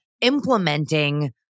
implementing